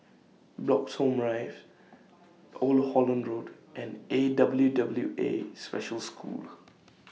Bloxhome Drives Old Holland Road and A W W A Special School